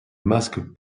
masques